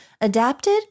Adapted